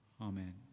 Amen